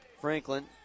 Franklin